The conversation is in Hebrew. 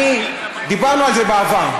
דיברנו על זה בעבר.